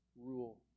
rule